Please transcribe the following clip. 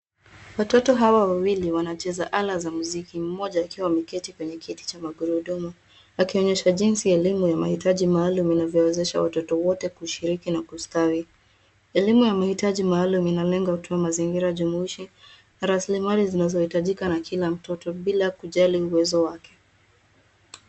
Watoto hawa wawili wanacheza ala za muziki mmoja akiwa ameketi kwenye kiti cha magurudumu akionyesha jinsi elimu ya mahitaji maalum inavyowezesha watoto wote kushiriki na kustawi ,elimu ya mahitaji maalum inalenga ukiwa mazingira jumuishi rasilimali zinazohitajika na kila mtoto bila kujali uwezo wake.